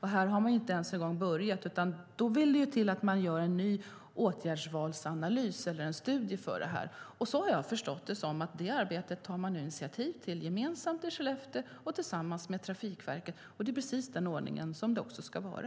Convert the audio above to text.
Här har man inte ens börjat, utan det vill till att man gör en ny åtgärdsvalsanalys eller studie för detta. Jag har förstått det som att detta arbete tar man nu gemensamt initiativ till i Skellefteå tillsammans med Trafikverket. Det är precis denna ordning det ska vara.